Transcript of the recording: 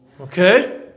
Okay